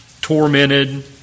tormented